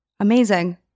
Amazing